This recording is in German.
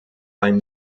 beim